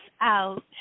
out